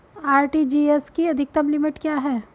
RTGS की अधिकतम limit क्या है?